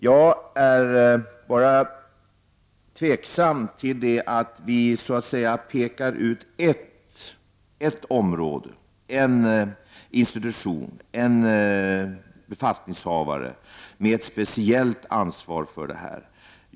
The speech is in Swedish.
Jag är något tveksam till att vi bara pekar ut ett område, en institution, en befattningshavare med ett speciellt ansvar för dessa problem.